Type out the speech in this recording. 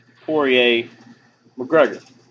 Poirier-McGregor